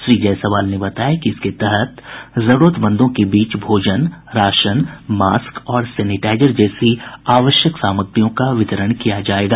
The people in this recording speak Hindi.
श्री जायसवाल ने बताया कि इसके तहत जरूरतमंदों के बीच भोजन राशन मास्क और सेनीटाईजर जैसी आवश्यक सामग्रियों का वितरण किया जायेगा